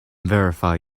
verify